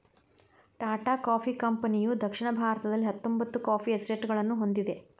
Tata coffee ಕಂಪನಿಯುದಕ್ಷಿಣ ಭಾರತದಲ್ಲಿಹತ್ತೊಂಬತ್ತು coffee ಎಸ್ಟೇಟ್ಗಳನ್ನು ಹೊಂದಿದೆ